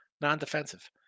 non-defensive